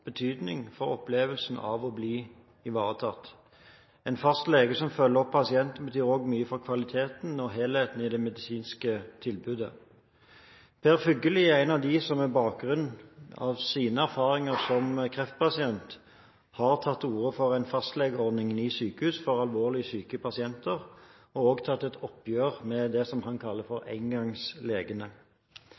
som følger opp pasienten, betyr også mye for kvaliteten og helheten i det medisinske tilbudet. Per Fugelli er en av dem som med bakgrunn i sine erfaringer som kreftpasient har tatt til orde for en fastlegeordning i sykehus for alvorlig syke pasienter, og han har også tatt et oppgjør med det som han kaller for